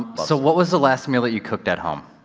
so what was the last meal that you cooked at home?